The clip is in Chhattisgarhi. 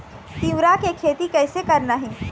तिऊरा के खेती कइसे करना हे?